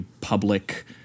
public